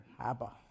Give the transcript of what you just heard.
abba